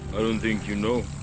i don't think you know.